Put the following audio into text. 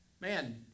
man